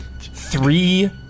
three